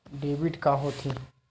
Debit का होथे?